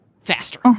faster